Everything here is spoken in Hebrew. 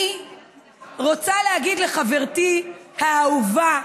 אני רוצה להגיד לחברתי האהובה,